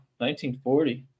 1940